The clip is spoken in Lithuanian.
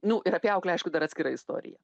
nu ir apie auklę aišku dar atskira istorija